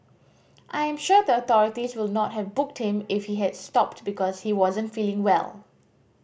I am sure the authorities would not have booked him if he had stopped because he wasn't feeling well